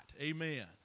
Amen